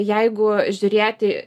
jeigu žiūrėti